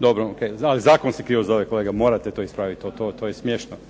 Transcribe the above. Dobro, ok. Zakon se krivo zove kolega, morate to ispraviti to je smiješno.